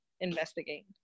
investigate